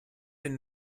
den